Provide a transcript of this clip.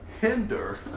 hinder